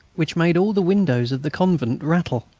which made all the windows of the convent rattle,